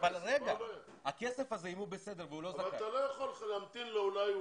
אתה לא יכול להמתין לרגע בו אולי הוא